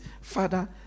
Father